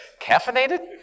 Caffeinated